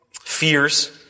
Fears